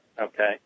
okay